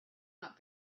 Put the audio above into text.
not